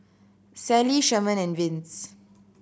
Sallie Sherman and Vince